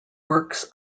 works